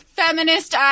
feminist